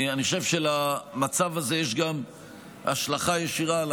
אני חושב שלמצב הזה יש גם השלכה ישירה על